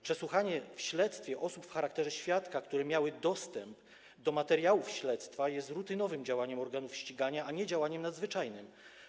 Przesłuchanie w śledztwie w charakterze świadków osób, które miały dostęp do materiałów śledztwa, jest rutynowym działaniem organów ścigania, a nie działaniem nadzwyczajnym.